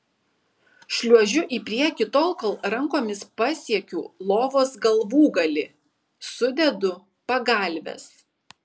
šliuožiu į priekį tol kol rankomis pasiekiu lovos galvūgalį sudedu pagalves